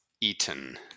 eaten